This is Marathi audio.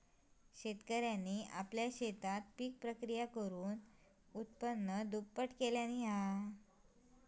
शेतकऱ्यांनी आपल्या शेतात पिक प्रक्रिया करुन उत्पन्न दुप्पट केल्यांनी